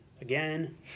again